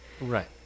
right